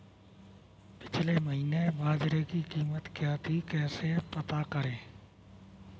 पिछले महीने बाजरे की कीमत क्या थी कैसे पता करें?